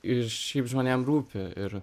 ir šiaip žmonėm rūpi ir